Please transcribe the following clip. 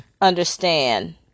understand